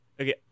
okay